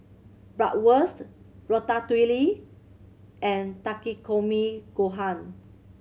Bratwurst Ratatouille and Takikomi Gohan